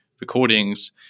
Recordings